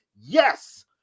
Yes